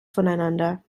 voneinander